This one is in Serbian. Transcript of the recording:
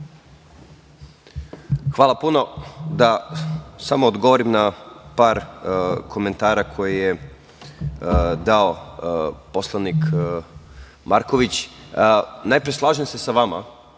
Hvala puno. Samo da odgovorim na par komentara koje je dao poslanik Marković. Najpre, slažem se sa vama